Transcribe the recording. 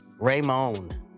Raymond